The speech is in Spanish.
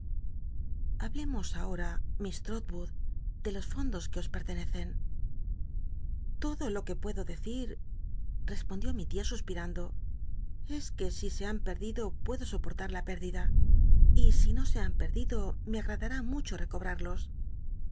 hablemos ahol'a miss l'rotwood de los fondos que os pertenecen todo lo que puedo decir rcsponclió mi tia suspirando es que si se han perdido puedo sopo rlar la pérdida y si no se han perdido me agraclarú mucho recobrarlos